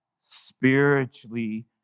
Spiritually